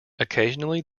occasionally